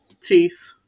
teeth